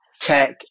tech